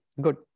good